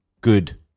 good